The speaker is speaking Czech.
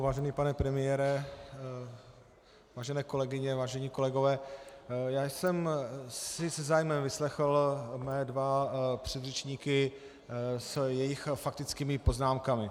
Vážený pane premiére, vážené kolegyně, vážení kolegové, já jsem si se zájmem vyslechl své dva předřečníky s jejich faktickými poznámkami.